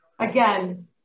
Again